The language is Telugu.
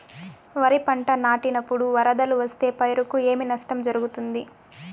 వరిపంట నాటినపుడు వరదలు వస్తే పైరుకు ఏమి నష్టం జరుగుతుంది?